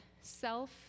self